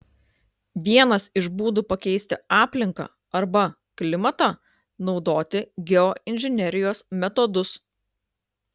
vienas iš būdų pakeisti aplinką arba klimatą naudoti geoinžinerijos metodus